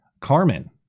Carmen